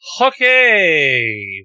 Okay